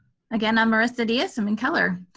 again, i'm marissa diaz, i'm in keller.